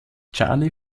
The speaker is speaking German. charlie